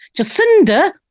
Jacinda